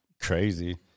Crazy